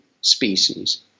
species